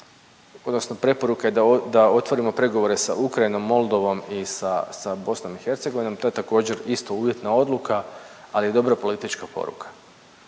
odnosno preporuka je da, da otvorimo pregovore sa Ukrajinom, Moldovom i sa, sa BiH, to je također isto uvjetna odluka, ali dobra politička poruka.